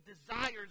desires